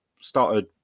started